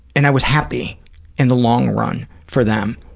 and i was happy in the long run for them.